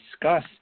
discuss